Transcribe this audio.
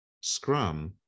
Scrum